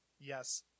Yes